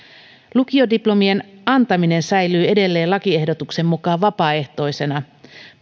lukiodiplomien antaminen säilyy edelleen lakiehdotuksen mukaan vapaaehtoisena